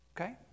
Okay